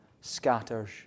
scatters